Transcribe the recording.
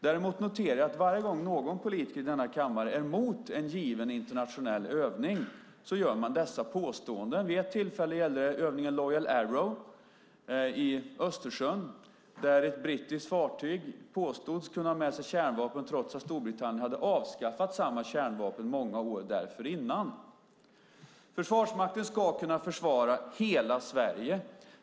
Däremot noterar jag att varje gång någon politiker i denna kammare är emot en given internationell övning gör man dessa påståenden. Vid ett tillfälle gällde det övningen Loyal Arrow i Östersjön, där ett brittiskt fartyg påstods kunna ha med sig kärnvapen trots att Storbritannien hade avskaffat samma kärnvapen många år dessförinnan. Försvarsmakten ska kunna försvara hela Sverige.